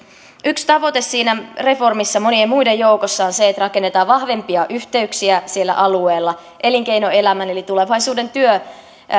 yksi tavoite siinä reformissa monien muiden joukossa on se että rakennetaan vahvempia yhteyksiä siellä alueella elinkeinoelämän eli tulevaisuuden